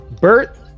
Bert